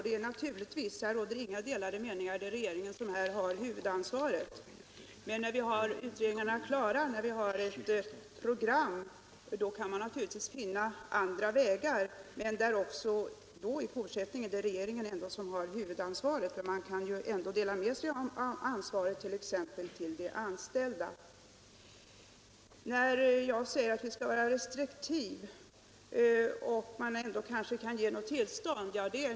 Det råder inte heller några skilda uppfattningar om att regeringen här har huvudansvaret. Regeringen kan emellertid dela med sig av ansvaret, t.ex. till de anställda. Men när utredningarna är klara och vi har ett program kan vi naturligtvis finna andra vägar. Jag säger att vi måste vara restriktiva, men vi kan kanske ändå ge tillstånd.